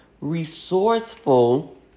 resourceful